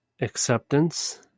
acceptance